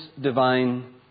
divine